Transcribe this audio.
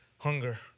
Hunger